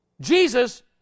Jesus